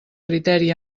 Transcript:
criteri